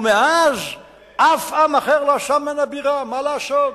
ומאז אף עם אחר לא עשה ממנה בירה, מה לעשות?